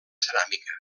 ceràmica